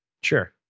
sure